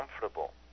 comfortable